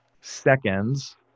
seconds